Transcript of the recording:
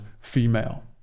female